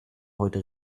heute